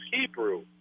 Hebrew